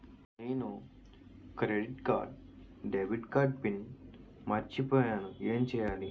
నేను credit card debit card PIN మర్చిపోయేను ఎం చెయ్యాలి?